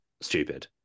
stupid